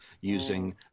using